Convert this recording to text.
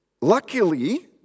Luckily